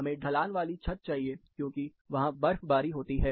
हमें ढलान वाली छत चाहिए क्योंकि वहां बर्फबारी होती है